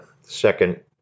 second